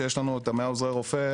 שיש לנו 100 עוזרי רופא,